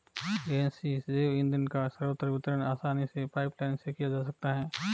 गैसीय जैव ईंधन का सर्वत्र वितरण आसानी से पाइपलाईन से किया जा सकता है